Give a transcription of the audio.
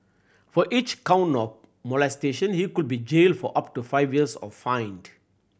for each count of molestation he could be jailed for up to five years or fined